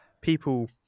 people